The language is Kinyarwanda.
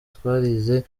twarize